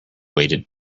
waited